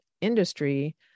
industry